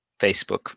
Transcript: Facebook